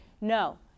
no